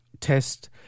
test